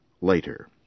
later